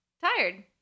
tired